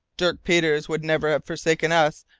dirk peters would never have forsaken us,